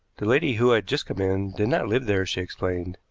the lady who had just come in did not live there, she explained.